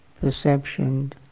perception